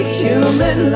human